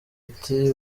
ati